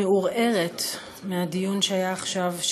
מעורערת מהדיון שהיה עכשיו,